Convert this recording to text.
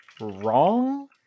wrong